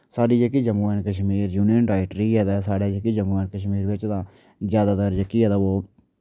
साढ़ी जेह्की Jammu and Kashmir union territory ऐ साढ़ै जेह्की जम्मू कश्मीर बिच तां जैदातर जेह्की ऐ ओ